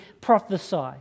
prophesy